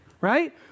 Right